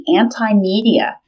anti-media